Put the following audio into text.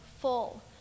full